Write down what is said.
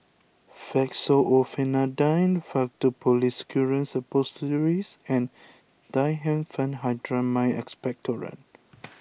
Fexofenadine Faktu Policresulen Suppositories and Diphenhydramine Expectorant